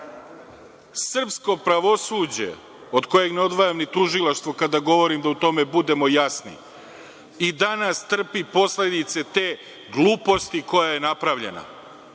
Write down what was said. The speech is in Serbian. srama? Srpsko pravosuđe, od kojeg ne odvajam ni tužilaštvo kada govorim da u tome budemo jasni, i danas trpi posledice te gluposti koja je napravljena